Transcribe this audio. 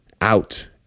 out